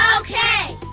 Okay